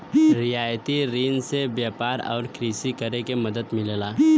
रियायती रिन से व्यापार आउर कृषि करे में मदद मिलला